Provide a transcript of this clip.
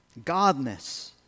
godness